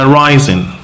rising